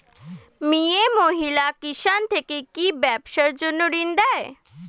মিয়ে মহিলা কিষান থেকে কি ব্যবসার জন্য ঋন দেয়?